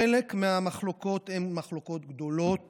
חלק מהמחלוקות הן מחלוקות גדולות